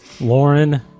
Lauren